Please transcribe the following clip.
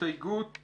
הסתייגויות